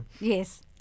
Yes